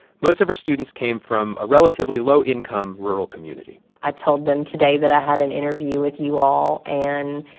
most of her students came from a relatively low-income, rural community i told them today that i had an interview with you all. and